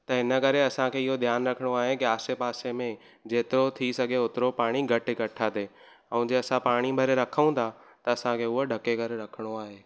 त हिन करे असांखे इहो ध्यानु रखिणो आहे की आसे पासे में जेतिरो थी सघे होतिरो पाणी घटि इकठा थिए ऐं जे असां पाणी भरे रखूं था त असांखे उहो ढके करे रखिणो आहे